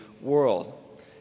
world